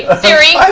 ah theory?